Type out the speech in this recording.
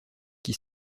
qui